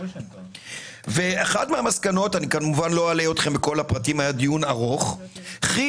אחת המסקנות - היה דיון ארוך - ואחת